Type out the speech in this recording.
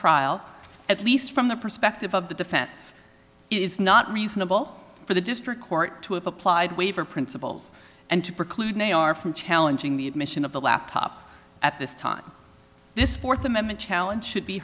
trial at least from the perspective of the defense is not reasonable for the district court to have applied waiver principles and to preclude a r from challenging the admission of the laptop at this time this fourth amendment challenge